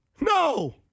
No